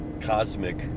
cosmic